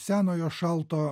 senojo šalto